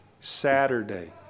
Saturday